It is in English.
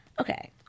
Okay